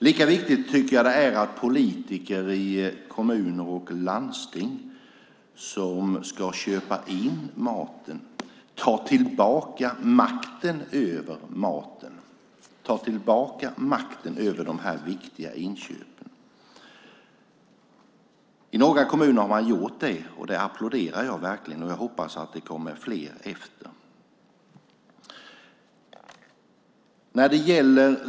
Lika viktigt tycker jag det är att politiker i kommuner och landsting som ska köpa in maten tar tillbaka makten över maten, tar tillbaka makten över de här viktiga inköpen. I några kommuner har man gjort det, och det applåderar jag verkligen, och jag hoppas att det kommer fler efter.